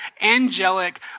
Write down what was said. angelic